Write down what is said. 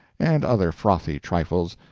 and other frothy trifles,